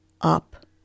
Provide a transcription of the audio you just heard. up